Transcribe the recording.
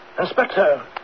Inspector